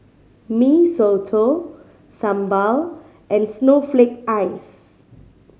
Mee Soto sambal and snowflake ice